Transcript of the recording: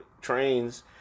trains